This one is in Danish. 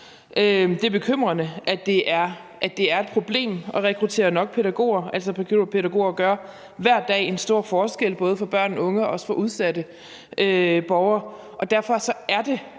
Det er bekymrende, at det er et problem at rekruttere nok pædagoger, for pædagoger gør hver dag en stor forskel både for børn og unge og også for udsatte borgere. Og derfor er det